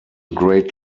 great